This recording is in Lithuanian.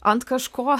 ant kažko